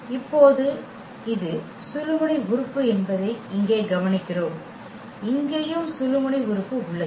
இப்போது இது சுழுமுனை உறுப்பு என்பதை இங்கே கவனிக்கிறோம் இங்கேயும் சுழுமுனை உறுப்பு உள்ளது